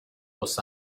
los